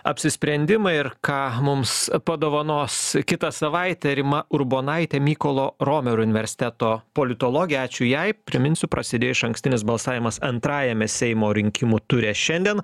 apsisprendimą ir ką mums padovanos kitą savaitę rima urbonaitė mykolo romerio universiteto politologė ačiū jai priminsiu prasidėjo išankstinis balsavimas antrajame seimo rinkimų ture šiandien